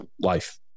life